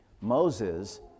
moses